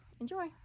enjoy